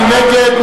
מי נגד?